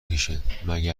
کشهمگه